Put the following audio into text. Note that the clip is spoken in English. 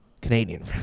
Canadian